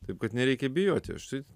taip kad nereikia bijoti aš tai